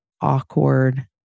awkward